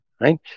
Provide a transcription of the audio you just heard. right